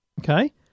Okay